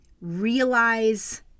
realize